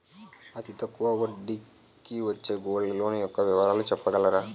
అతి తక్కువ వడ్డీ కి వచ్చే గోల్డ్ లోన్ యెక్క వివరాలు చెప్పగలరా?